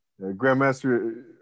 Grandmaster